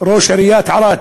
ראש עיריית ערד.